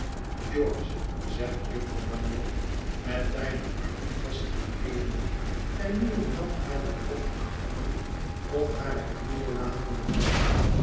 george zegt jufvrouw bagnet met beide armen gesticuleerende en nu en dan hare opene handen op hare knieën latende vallen